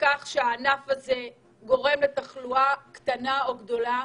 בכך שהענף הזה גורם לתחלואה, קטנה או גדולה,